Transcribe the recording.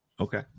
Okay